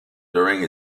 during